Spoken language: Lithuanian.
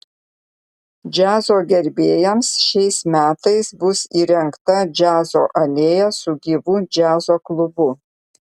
džiazo gerbėjams šiais metais bus įrengta džiazo alėja su gyvu džiazo klubu